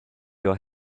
your